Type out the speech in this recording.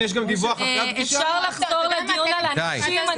אפשר לחזור לדיון על הנשים?